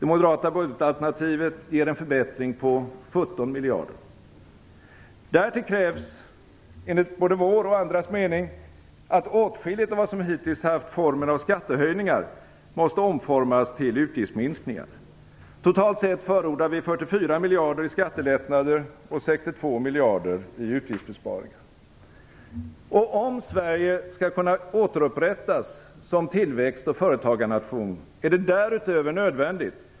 Det moderata budgetalternativet ger en förbättring på 17 miljarder. Därtill krävs enligt både vår och andras mening att åskilligt av vad som hittills haft formen av skattehöjningar måste omformas till utgiftsminskningar. Totalt sett förordar vi 44 miljarder i skattelättnader och 62 miljarder i utgiftsbesparingar.